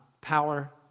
power